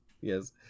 Yes